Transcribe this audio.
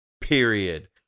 period